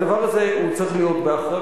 הדבר הזה צריך להיות בהחרגה,